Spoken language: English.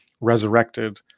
resurrected